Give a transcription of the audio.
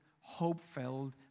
hope-filled